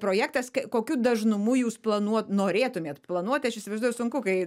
projektas kokiu dažnumu jūs planuot norėtumėt planuoti aš įsivaizduoju sunku kai